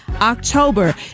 October